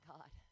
God